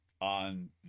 On